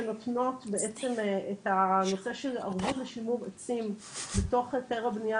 שנותנות בעצם את הנושא של ערבות לשימור עצים בתוך היתר הבנייה,